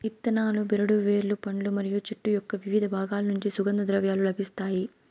ఇత్తనాలు, బెరడు, వేర్లు, పండ్లు మరియు చెట్టు యొక్కవివిధ బాగాల నుంచి సుగంధ ద్రవ్యాలు లభిస్తాయి